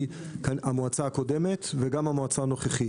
המועצה הקודמת וגם בעיני המועצה הנוכחית.